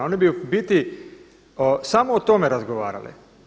One bi u biti samo o tome razgovarale.